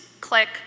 click